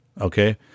okay